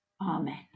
amen